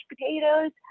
potatoes